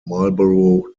marlborough